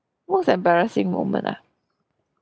most embarrassing moment ah